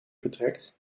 vertrekt